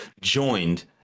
joined